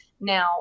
Now